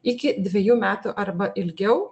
iki dvejų metų arba ilgiau